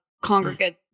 congregate